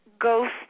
ghost